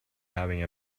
having